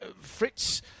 Fritz